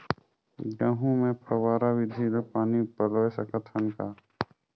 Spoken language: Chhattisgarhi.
गहूं मे फव्वारा विधि ले पानी पलोय सकत हन का?